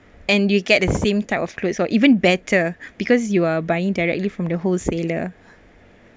and you get the same type of clothes or even better because you are buying directly from the wholesaler